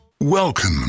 Welcome